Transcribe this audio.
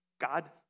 God